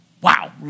Wow